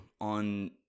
On